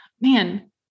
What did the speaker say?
man